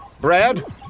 Brad